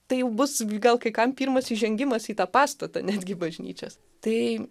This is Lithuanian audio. tai jau bus gal kai kam pirmas įžengimas į tą pastatą netgi bažnyčios tai